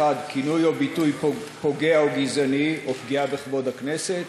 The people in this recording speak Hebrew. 1. כינוי או ביטוי פוגע או גזעני או פגיעה בכבוד הכנסת,